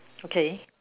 okay